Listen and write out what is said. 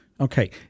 Okay